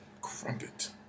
Crumpet